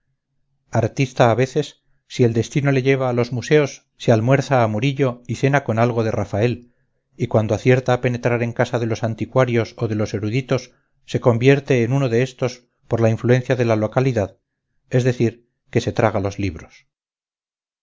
artista a veces si el destino le lleva a los museos se almuerza a murillo y cena con algo de rafael y cuando acierta a penetrar en casa de los anticuarios o de los eruditos se convierte en uno de estos por la influencia de la localidad es decir que se traga los libros